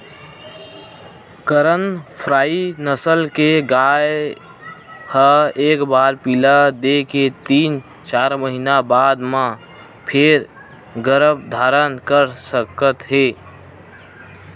करन फ्राइ नसल के गाय ह एक बार पिला दे के तीन, चार महिना बाद म फेर गरभ धारन कर सकत हे